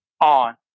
On